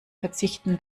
verzichten